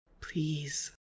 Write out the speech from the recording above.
Please